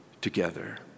together